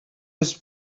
was